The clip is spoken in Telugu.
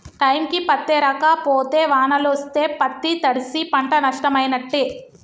టైంకి పత్తేరక పోతే వానలొస్తే పత్తి తడ్సి పంట నట్టమైనట్టే